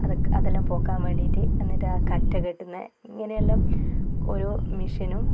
അതെല്ലാം പോക്കാൻ വേണ്ടിയിട്ട് എന്നിട്ട് ആ കറ്റ കെട്ടുന്നത് ഇങ്ങനെയെല്ലാം ഒരു മെഷീനും